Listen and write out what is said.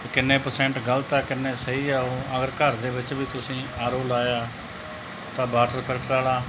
ਕਿੰਨੇ ਪਰਸੈਂਟ ਗਲਤ ਆ ਕਿੰਨਾ ਸਹੀ ਆ ਉਹ ਅਗਰ ਘਰ ਦੇ ਵਿੱਚ ਵੀ ਤੁਸੀਂ ਆਰ ਓ ਲਗਾਇਆ ਤਾਂ ਵਾਟਰ ਕਟਰ ਵਾਲਾ